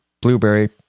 Blueberry